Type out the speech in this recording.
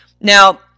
Now